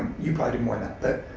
you probably do more than that,